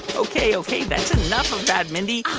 ok, ok, that's enough of that, mindy.